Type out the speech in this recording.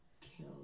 kill